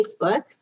Facebook